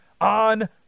on